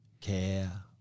care